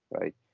Right